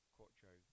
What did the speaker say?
Quattro